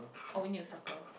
or we need to circle